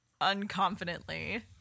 unconfidently